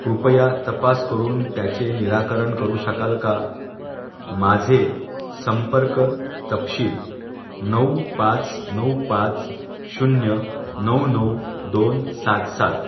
कृपया तपास करून त्याचे निराकरण करू शकाल का माझे संपर्क तपशील नऊ पाच नऊ पाच शून्य नऊ नऊ दोन सात सात